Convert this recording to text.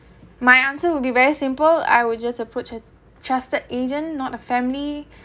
my answer would be very simple I would just approach a trusted agent not a family